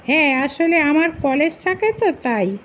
হ্যাঁ আসলে আমার কলেজ থাকে তো তাই